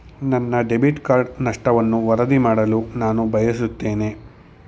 ನನ್ನ debit card ನಷ್ಟವನ್ನು ವರದಿ ಮಾಡಲು ನಾನು ಬಯಸುತ್ತೇನೆ